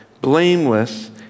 blameless